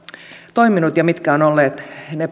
toiminut ja mitkä ovat olleet